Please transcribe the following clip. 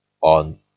on